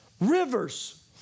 rivers